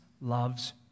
loves